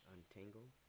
Untangle